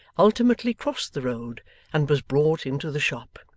ultimately crossed the road and was brought into the shop.